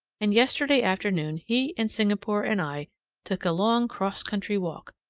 and yesterday afternoon he and singapore and i took a long cross-country walk,